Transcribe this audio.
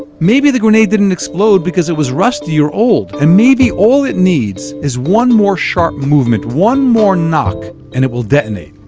maybe the grenade didn't explode because it was rusty or old. and maybe all it needs is one more sharp movement, one more knock, and it will detonate.